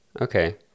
okay